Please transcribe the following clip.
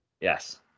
Yes